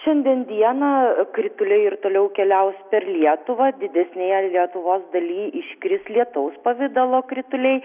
šiandien dieną krituliai ir toliau keliaus per lietuvą didesnėje lietuvos daly iškris lietaus pavidalo krituliai